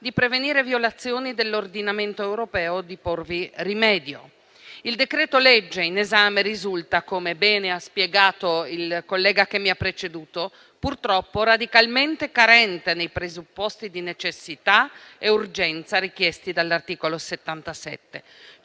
di prevenire violazioni dell'ordinamento europeo o di porvi rimedio. Il decreto-legge in esame risulta, come bene ha spiegato il collega che mi ha preceduto, purtroppo radicalmente carente nei presupposti di necessità e urgenza richiesti dall'articolo 77.